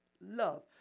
love